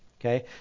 Okay